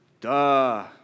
Duh